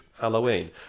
Halloween